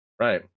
Right